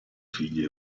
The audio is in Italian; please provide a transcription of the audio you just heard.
figlie